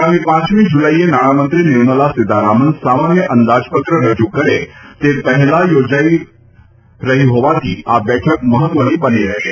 આગામી પાંચમી જુલાઈએ નાણાંમંત્રી નિર્મલા સીતારામન સામાન્ય અંદાજપત્ર રજુ કરે તે પહેલા યોજાઈ રહી હોવાથી આ બેઠક મહત્વની બની રહેશે